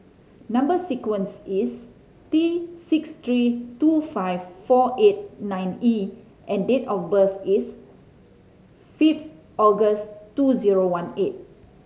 number sequence is T six three two five four eight nine E and date of birth is fifth August two zero one eight